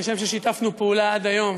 כשם ששיתפנו פעולה עד היום